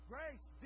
Grace